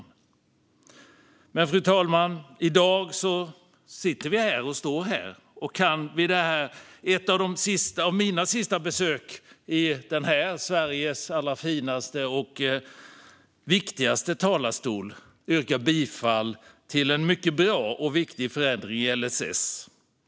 Men, fru talman, i dag står vi här, och jag kan vid ett av mina sista besök i Sveriges finaste och viktigaste talarstol yrka bifall till en mycket bra och viktig förändring i LSS.